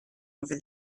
over